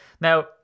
now